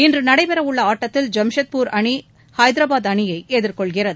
இன்று நடைபெறவுள்ள ஆட்டத்தில் ஜாம்ஷெட்பூர் அணி ஐதராபாத் அணியை எதிர்கொள்கிறது